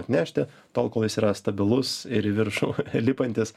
atnešti tol kol jis yra stabilus ir į viršų lipantis